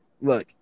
look